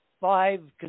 five